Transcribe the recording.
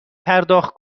پرداخت